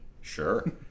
Sure